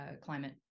climate